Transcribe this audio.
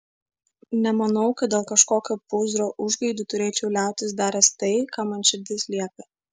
nemanau kad dėl kažkokio pūzro užgaidų turėčiau liautis daręs tai ką man širdis liepia